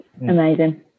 amazing